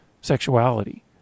sexuality